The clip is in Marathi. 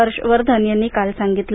हर्ष वर्धन यांनी काल सांगितलं